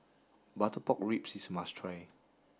butter pork ribs is must try